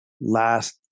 last